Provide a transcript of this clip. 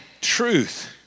truth